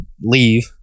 leave